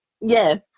Yes